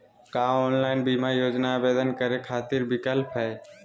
का ऑनलाइन बीमा योजना आवेदन करै खातिर विक्लप हई?